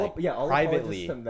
Privately